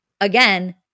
again